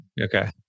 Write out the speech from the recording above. okay